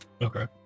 Okay